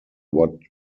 what